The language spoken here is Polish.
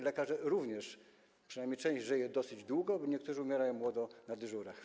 Lekarze również, przynajmniej część żyje dosyć długo, choć niektórzy umierają młodo - na dyżurach.